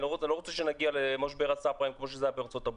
אני לא רוצה שנגיע למשבר הסאב פריים כפי שהיה בארה"ב.